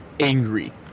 angry